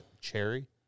cherry